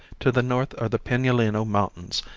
to the north are the pinaleno mountains,